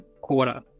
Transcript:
quarter